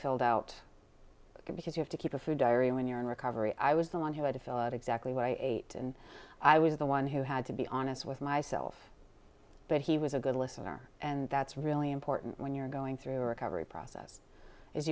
filled out because you have to keep a food diary when you're in recovery i was the one who had to fill out exactly what i ate and i was the one who had to be honest with myself that he was a good listener and that's really important when you're going through a recovery process i